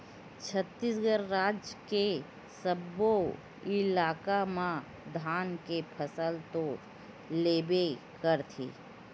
छत्तीसगढ़ राज के सब्बो इलाका म धान के फसल तो लेबे करथे